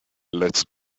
let’s